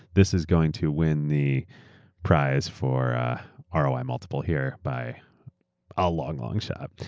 this is going to win the prize for ah roi multiple here by a long, long shot.